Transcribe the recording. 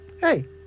hey